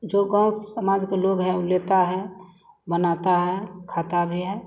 जो गाँव समाज के लोग हैं वह लेते हैं बनाते हैं खाते भी हैं